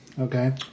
Okay